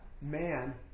man